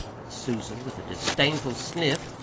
but susan, with a disdainful sniff,